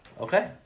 Okay